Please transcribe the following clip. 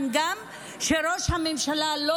ואני חושבת שהגיע הזמן שראש הממשלה לא